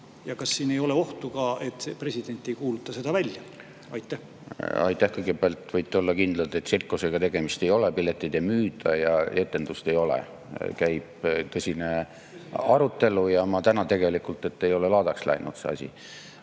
ja kas siin ei ole ohtu, et president ei kuuluta seda välja? Aitäh! Kõigepealt, võite olla kindlad, et tsirkusega tegemist ei ole. Pileteid ei müüda ja etendust ei ole. Käib tõsine arutelu ja ma tänan tegelikult, et ei ole see asi